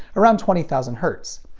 around twenty thousand hertz.